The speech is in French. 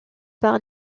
par